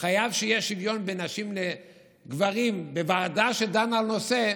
חייב שיהיה שוויון בין נשים לגברים בוועדה שדנה בנושא,